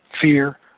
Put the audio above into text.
fear